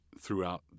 throughout